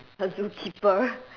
a zookeeper